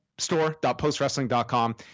store.postwrestling.com